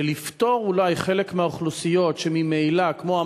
ולפטור אולי חלק מהאוכלוסיות שממילא כמו,